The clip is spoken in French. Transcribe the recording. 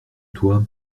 toi